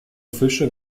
fische